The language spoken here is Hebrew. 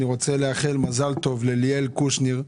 אני רוצה לאחל מזל טוב לליאל קושניר,